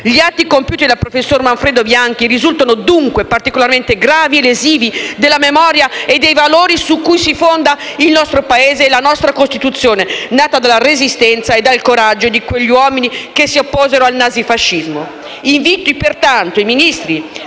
Gli atti compiuti dal professor Manfredo Bianchi risultano dunque particolarmente gravi e lesivi della memoria e dei valori su cui si fonda il nostro Paese e la nostra Costituzione, nata dalla Resistenza e dal coraggio di quegli uomini che si opposero al nazifascismo. Invito pertanto i Ministri